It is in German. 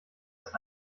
ist